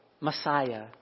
Messiah